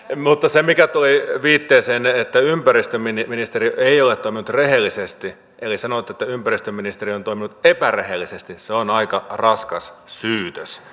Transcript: mutta se mikä tuli viitteessänne että ympäristöministeriö ei ole toiminut rehellisesti eli sanoitte että ympäristöministeriö on toiminut epärehellisesti on aika raskas syytös